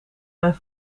mijn